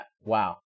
Wow